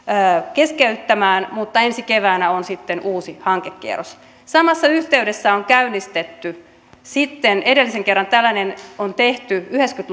keskeyttämään mutta ensi keväänä on sitten uusi hankekierros samassa yhteydessä on käynnistetty edellisen kerran tällainen on tehty yhdeksänkymmentä